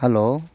hello